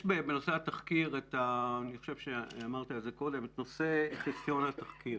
בנושא התחקיר יש את נושא חיסיון התחקיר